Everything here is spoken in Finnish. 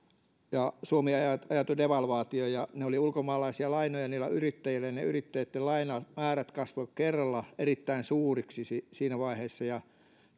ja suomi ajautui devalvaatioon ja ne olivat ulkomaalaisia lainoja niillä yrittäjillä ne yrittäjien lainamäärät kasvoivat kerralla erittäin suuriksi siinä vaiheessa ja